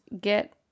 get